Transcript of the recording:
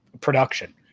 production